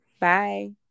Bye